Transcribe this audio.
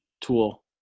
tool